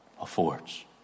affords